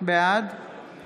בעד